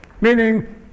meaning